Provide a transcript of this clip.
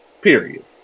period